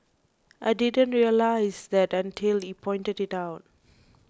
I didn't realised that until he pointed it out